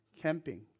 camping